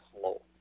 slow